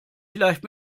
vielleicht